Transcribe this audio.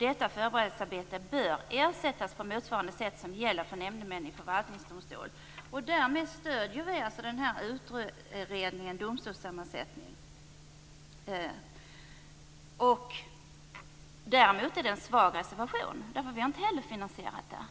Detta förberedelsearbete bör ersättas på motsvarande sätt som gäller för nämndemän i förvaltningsdomstol. Därmed stöder vi i Centerpartiet utredningen om domstolssammansättning. Däremot är reservationen svag, eftersom inte vi heller har finansierat detta.